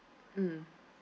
mm